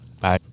bye